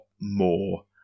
more